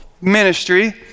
ministry